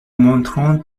montrant